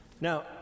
Now